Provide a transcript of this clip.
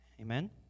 Amen